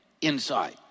inside